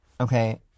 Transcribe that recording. okay